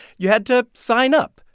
you had to sign up.